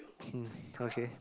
pink okay